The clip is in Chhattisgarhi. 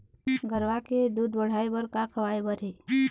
गरवा के दूध बढ़ाये बर का खवाए बर हे?